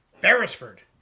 beresford